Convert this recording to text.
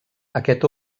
aquest